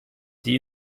die